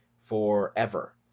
forever